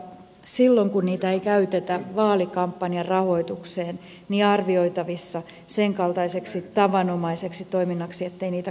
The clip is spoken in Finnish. silloin kun joita ei käytetä vaalikampanjan rahoitukseen on arvioitavissa senkaltaiseksi tavanomaiseksi toiminnaksi ettei niitä kuulu arvioida